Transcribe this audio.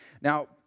Now